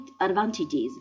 advantages